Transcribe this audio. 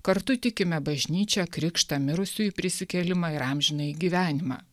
kartu tikime bažnyčią krikštą mirusiųjų prisikėlimą ir amžinąjį gyvenimą